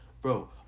Bro